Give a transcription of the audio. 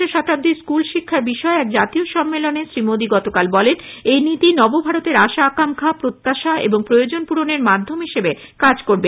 একবিংশ শতাব্দীর স্কুল শিক্ষার বিষয়ে এক জাতীয় সম্মেলনে শ্রী মোদী গতকাল বলেন এই নীতি নব ভারতের আশা আকাঙ্ক্ষা প্রত্যাশা ও প্রয়োজন পুরণের মাধ্যম হিসেবে কাজ করবে